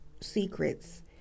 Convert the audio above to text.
secrets